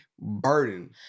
burden